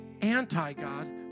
anti-God